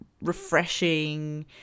refreshing